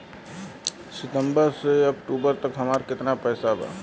सितंबर से अक्टूबर तक हमार कितना पैसा बा?